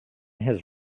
his